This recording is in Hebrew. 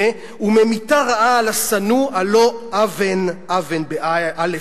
וממיטה רעה על השנוא על לא אוון בכפו.